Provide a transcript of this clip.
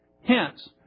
Hence